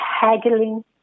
haggling